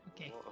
Okay